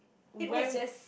it was just